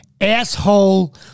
asshole